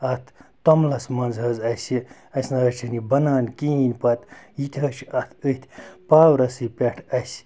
اَتھ توٚملَس منٛز حظ اَسہِ اَسہِ نہ حظ چھِنہٕ یہِ بَنان کِہیٖنۍ پَتہٕ یہِ تہِ حظ چھِ اَتھ أتھۍ پاورَسٕے پٮ۪ٹھ اَسہِ